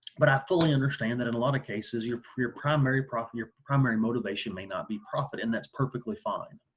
but i fully understand that in a lot of cases your your primary profit your primary motivation may not be profit and that's perfectly fine.